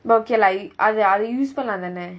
but okay lah அது அது:athu athu use பண்ணலாம் தானே:pannalaam thaanae